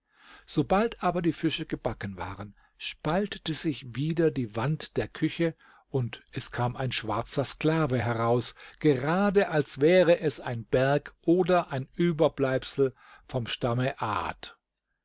sobald aber die fische gebacken waren spaltete sich wieder die wand der küche und es kam ein schwarzer sklave heraus gerade als wäre es ein berg oder ein überbleibsel vom stamme aad